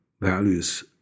values